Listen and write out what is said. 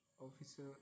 officer